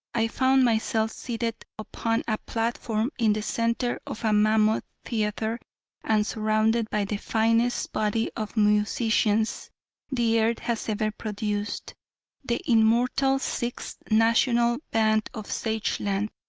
i found myself seated upon a platform in the center of a mammoth theatre and surrounded by the finest body of musicians the earth has ever produced the immortal sixth national band of sageland.